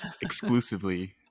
exclusively